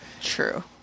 True